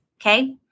Okay